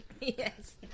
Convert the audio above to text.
Yes